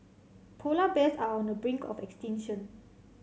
polar bears are on the brink of extinction